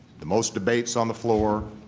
the most debates on the floor,